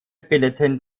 bildeten